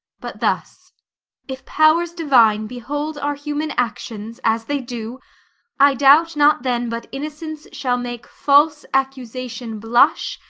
but thus if powers divine behold our human actions as they do i doubt not, then, but innocence shall make false accusation blush,